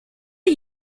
are